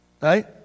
Right